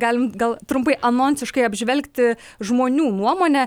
galim gal trumpai anonsiškai apžvelgti žmonių nuomonę